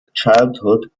childhood